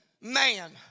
man